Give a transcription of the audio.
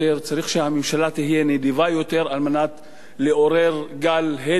צריך שהממשלה תהיה נדיבה יותר כדי לעורר גל הדף